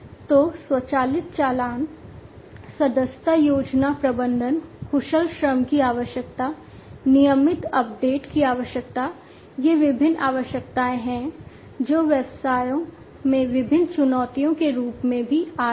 तो स्वचालित चालान सदस्यता योजना प्रबंधन कुशल श्रम की आवश्यकता नियमित अपडेट की आवश्यकता ये विभिन्न आवश्यकताएं हैं जो व्यवसायों में विभिन्न चुनौतियों के रूप में भी आ रही हैं